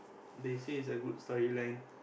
they say it's a good storyline